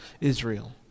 Israel